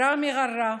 ראמי ג'רה,